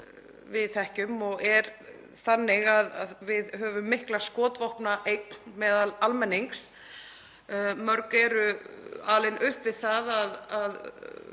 við þekkjum og er þannig að við höfum mikla skotvopnaeign meðal almennings. Mörg eru alin upp við það að